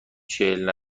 چهل